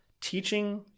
teaching